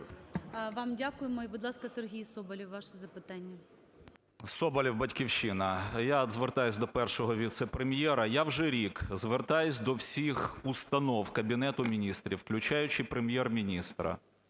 Вам дякуємо. І будь ласка, Сергій Соболєв, ваше запитання. 10:50:01 СОБОЛЄВ С.В. Соболєв, "Батьківщина". Я звертаюся до Першого віце-прем'єра. Я вже рік звертаюся до всіх установ Кабінету Міністрів, включаючи Прем’єр-міністра,